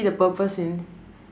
see the purpose in